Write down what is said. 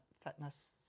fitness